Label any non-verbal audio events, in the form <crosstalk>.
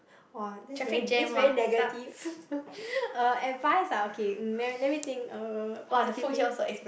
[wah] this is this is very negative <laughs> uh advice ah okay let me think mm positively